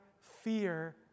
fear